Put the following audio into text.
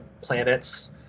planets